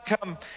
come